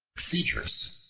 phaedrus,